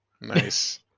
Nice